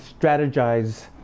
strategize